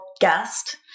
guest